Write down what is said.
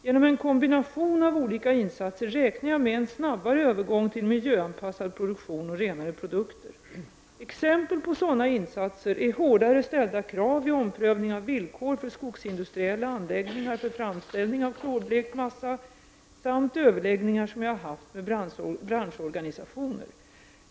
Genom en kombination av olika insatser räknar jag med en snabbare övergång till miljöanpassad produktion och renare produkter. Exempel på sådana insatser är hårdare ställda krav vid omprövning av villkor för skogsindustriella anläggningar för framställning av klorblekt massa samt överläggningar som jag haft med branschorganisationer.